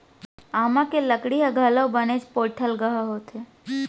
आमा के लकड़ी ह घलौ बनेच पोठलगहा होथे